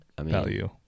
value